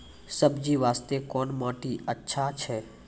सब्जी बास्ते कोन माटी अचछा छै?